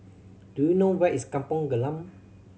do you know where is Kampong Glam